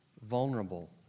vulnerable